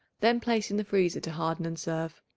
then place in the freezer to harden and serve.